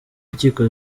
rukiko